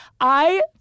I-